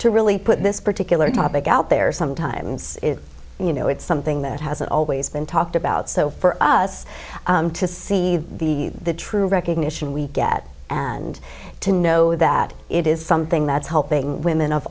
to really put this particular topic out there sometimes you know it's something that hasn't always been talked about so for us to see the true recognition we get and to know that it is something that's helping women of